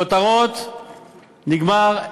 כותרות, נגמר.